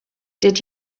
did